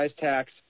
tax